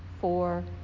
four